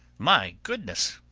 my goodness,